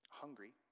hungry